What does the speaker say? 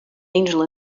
angel